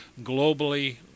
Globally